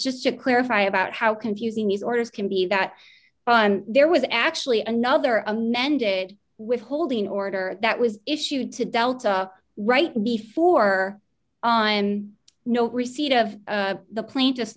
just to clarify about how confusing these orders can be that there was actually another amended withholding order that was issued to delta right before no receipt of the plane just